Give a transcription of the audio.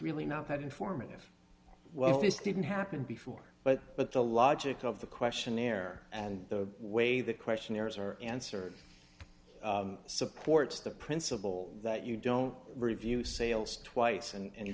really not that informative well this didn't happen before but but the logic of the questionnaire and the way the questionnaires are answered supports the principle that you don't review sales twice and